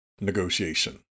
negotiation